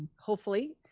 hopefully,